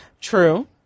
True